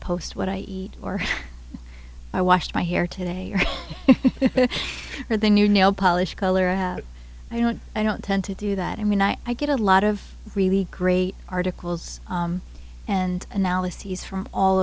post what i eat or i washed my hair today or for the new nail polish color i don't i don't tend to do that i mean i get a lot of really great articles and analyses from all